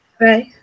right